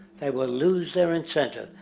they would loose their incentive.